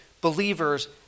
believers